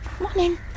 morning